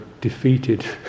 defeated